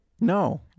No